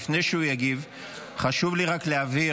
לפני שהוא יגיב חשוב לי רק להבהיר,